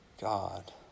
God